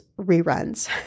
reruns